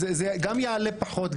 זה גם יעלה פחות,